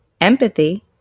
empathy